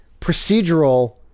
procedural